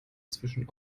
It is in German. zwischen